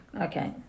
Okay